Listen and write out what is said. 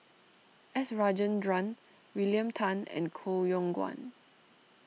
S Rajendran William Tan and Koh Yong Guan